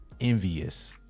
envious